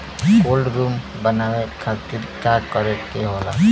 Cold room बनावे खातिर का करे के होला?